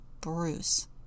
Bruce